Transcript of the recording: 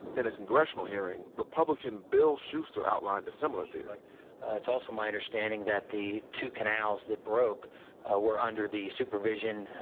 in a congressional hearing, republican bill shuster outlined a similar theory it's also my understanding that the two canals that broke were under the supervision,